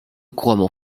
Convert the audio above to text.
couramment